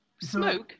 Smoke